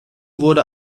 wurde